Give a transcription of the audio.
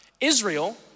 Israel